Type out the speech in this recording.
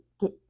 get